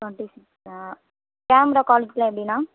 twenty சிக்ஸ்ஸா camera குவாலிட்டிலாம் எப்படிண்ணா